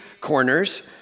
corners